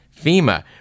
FEMA